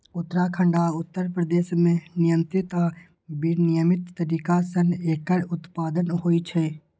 उत्तराखंड आ उत्तर प्रदेश मे नियंत्रित आ विनियमित तरीका सं एकर उत्पादन होइ छै